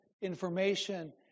information